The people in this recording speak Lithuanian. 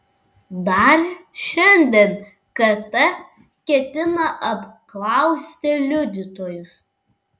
dar šiandien kt ketina apklausti liudytojus